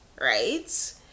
right